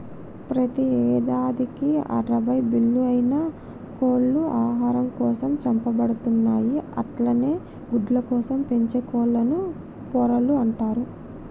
ప్రతి యేడాదికి అరవై బిల్లియన్ల కోళ్లు ఆహారం కోసం చంపబడుతున్నయి అట్లనే గుడ్లకోసం పెంచే కోళ్లను పొరలు అంటరు